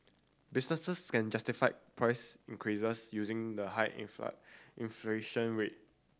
businesses can justify price increases using the high inflation rate